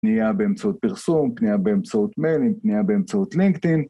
פנייה באמצעות פרסום, פנייה באמצעות מיילים, פנייה באמצעות לינקדאין